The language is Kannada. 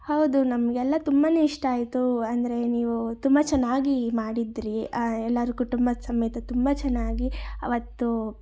ಹೌದು ನಮಗೆಲ್ಲ ತುಂಬಾ ಇಷ್ಟ ಆಯಿತು ಅಂದರೆ ನೀವು ತುಂಬ ಚೆನ್ನಾಗಿ ಮಾಡಿದ್ದಿರಿ ಎಲ್ಲರು ಕುಟುಂಬ ಸಮೇತ ತುಂಬ ಚೆನ್ನಾಗಿ ಅವತ್ತು